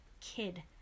kid